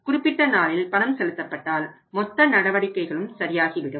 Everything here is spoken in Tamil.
குறிப்பிட்ட நாளில் பணம் செலுத்தப்பட்டால் மொத்த நடவடிக்கைகளும் சரியாகிவிடும்